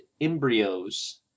embryos